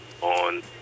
on